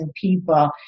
people